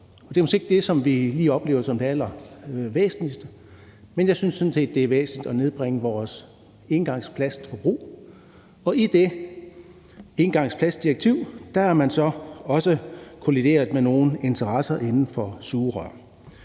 Det er måske ikke det, som vi lige oplever som det allervæsentligste, men jeg synes sådan set, at det er væsentligt at nedbringe vores engangsplastforbrug. I det engangsplastdirektiv har man så også kollideret med nogle interesser indenfor sugerør.